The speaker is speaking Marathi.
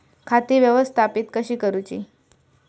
खाती व्यवस्थापित कशी करूची?